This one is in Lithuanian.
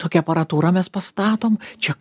tokią aparatūrą mes pastatom čia